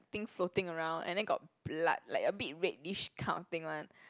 thing floating around and then got blood like a bit reddish kind of thing one